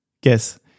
guess